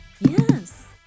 Yes